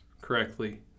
correctly